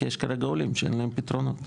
כי יש כרגע עולים שאין להם פתרונות.